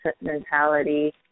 mentality